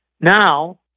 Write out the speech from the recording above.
Now